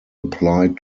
applied